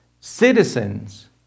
citizens